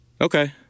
Okay